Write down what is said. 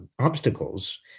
obstacles